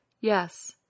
Yes